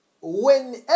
whenever